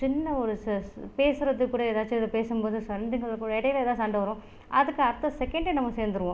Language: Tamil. சின்ன ஒரு பேசுகிறதுக்கு கூட எதாச்சும் பேசும் போது சண்டைகள் கூட இடையில் ஏதாவது சண்டை வரும் அதுக்கு அடுத்த செக்கெண்டே நாம் சேர்ந்துருவோம்